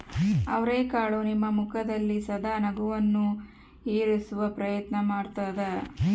ಅವರೆಕಾಳು ನಿಮ್ಮ ಮುಖದಲ್ಲಿ ಸದಾ ನಗುವನ್ನು ಇರಿಸುವ ಪ್ರಯತ್ನ ಮಾಡ್ತಾದ